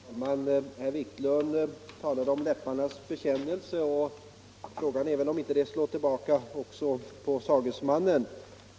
Herr talman! Herr Wiklund talade om läpparnas bekännelse, och frågan är väl om det inte slår tillbaka också på sagesmannen.